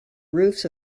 roofs